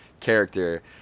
character